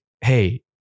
Hey